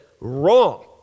wrong